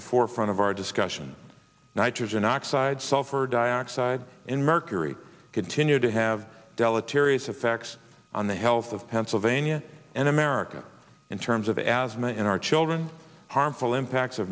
the forefront of our discussion nitrogen oxides sulfur dioxide in mercury continue to have deleterious effects on the health of pennsylvania and america in terms of asthma in our children harmful impacts